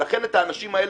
ולכן את האנשים האלה,